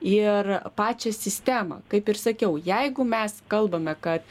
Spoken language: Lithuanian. ir pačią sistemą kaip ir sakiau jeigu mes kalbame kad